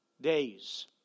days